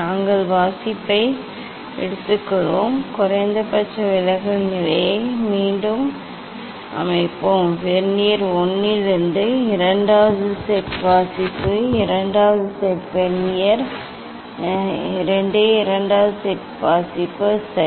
நாங்கள் வாசிப்பை எடுத்துக்கொள்வோம் குறைந்தபட்ச விலகல் நிலையை மீண்டும் அமைப்போம் வெர்னியர் 1 இலிருந்து இரண்டாவது செட் வாசிப்பு இரண்டாவது செட் வெர்னியர் 2 இரண்டாவது செட் வாசிப்பு சரி